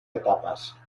etapas